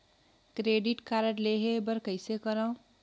Credit card लेहे बर कइसे करव?